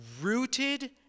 rooted